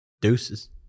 Deuces